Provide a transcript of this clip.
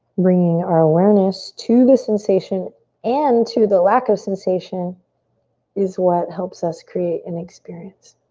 bringing our awareness to the sensation and to the lack of sensation is what helps us create an experience.